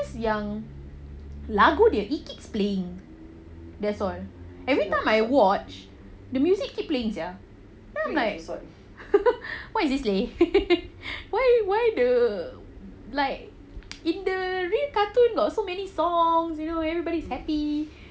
cause yang lagu dia it keeps playing that's all everytime I watch the music keep playing sia then I was like what is this leh why why the like in the real cartoon got so many songs you know everybody's happy